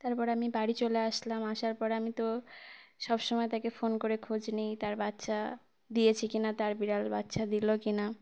তারপর আমি বাড়ি চলে আসলাম আসার পর আমি তো সব সময় তাকে ফোন করে খোঁজ নিই তার বাচ্চা দিয়েছি কি না তার বিড়াল বাচ্চা দিলো কি না